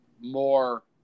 more